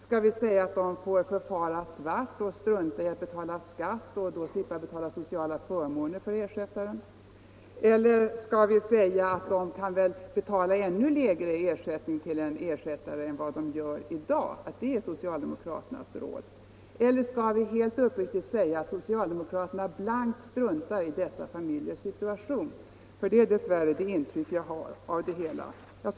Skall vi säga att de får betala lön svart och strunta i att betala skatt och sociala förmåner för ersättaren? Eller skall vi säga att de kan betala ännu lägre ersättning till en ersättare än de gör i dag, att det är socialdemokraternas råd? Eller skall vi helt uppriktigt säga att socialdemokraterna blankt struntar i dessa familjers situation? Det är dess värre det intryck jag har av det hela.